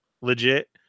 legit